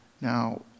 Now